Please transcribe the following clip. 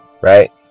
right